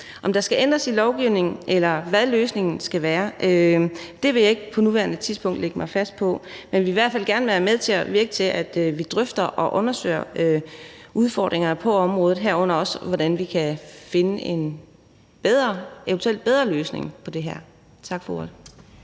Om der skal ændres i lovgivningen, eller hvad løsningen skal være, vil jeg ikke på nuværende tidspunkt lægge mig fast på. Men jeg vil i hvert fald gerne medvirke til, at vi drøfter og undersøger udfordringerne på området, herunder også hvordan vi eventuelt kan finde en bedre løsning på det her. Tak for ordet.